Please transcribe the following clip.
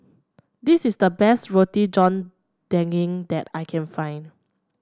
this is the best Roti John Daging that I can find